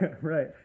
right